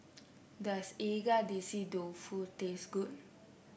does Agedashi Dofu taste good